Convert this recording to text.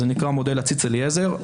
זה נקרא מודל "הציץ אליעזר".